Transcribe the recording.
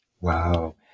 Wow